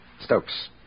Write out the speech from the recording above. Stokes